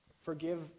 Forgive